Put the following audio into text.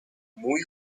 muy